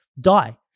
die